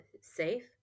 safe